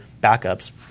backups